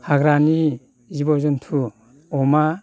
हाग्रानि जिब' जुन्थु अमा